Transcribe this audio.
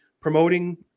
promoting